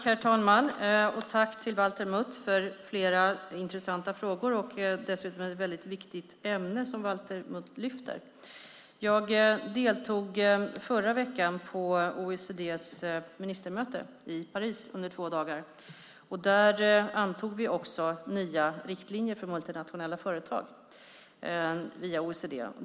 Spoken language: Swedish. Herr talman! Jag säger tack till Valter Mutt för flera intressanta frågor. Det är dessutom ett väldigt viktigt ämne Valter Mutt lyfter fram. Jag deltog i förra veckan på OECD:s ministermöte i Paris under två dagar, och där antog vi också nya riktlinjer för multinationella företag via OECD.